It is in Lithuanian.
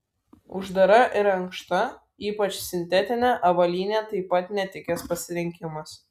uždara ir ankšta ypač sintetinė avalynė taip pat netikęs pasirinkimas